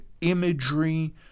imagery